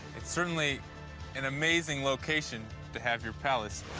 it's certainly an amazing location to have your palace.